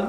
אבל